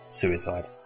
Suicide